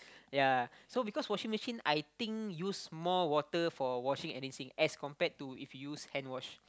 ya so because washing machine I think use more water for washing and rinsing as compared to if use hand wash